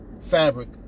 fabric